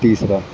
تیسرا